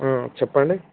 చెప్పండి